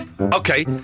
Okay